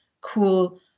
cool